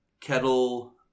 Kettle